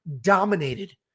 dominated